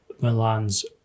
Milan's